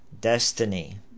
destiny